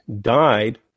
died